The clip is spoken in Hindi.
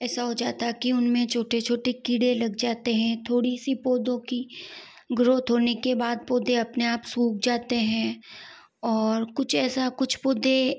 ऐसा हो जाता है कि उनमें छोटे छोटे कीड़े लग जाते हैं थोड़ी सी पौधों की ग्रोथ होने के बाद पौधे अपने आप सूख जाते हैं और कुछ ऐसा कुछ पौधे